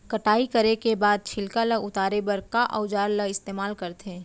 कटाई करे के बाद छिलका ल उतारे बर का औजार ल इस्तेमाल करथे?